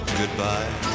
goodbye